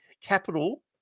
Capital